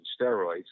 steroids